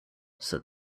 said